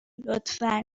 لطفا